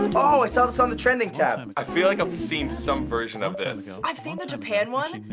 oh, i saw this on the trending tab! and i feel like i've seen some version of this. i've seen the japan one,